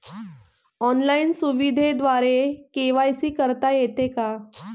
Online सुविधेद्वारे KYC करता येते का?